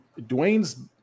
Dwayne's